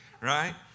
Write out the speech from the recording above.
right